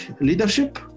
leadership